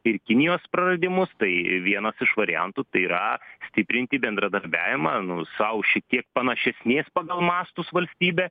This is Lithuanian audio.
ir kinijos praradimus tai vienas iš variantų tai yra stiprinti bendradarbiavimą nu sau šitiek panašesnės pagal mastus valstybę